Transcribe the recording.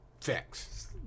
Facts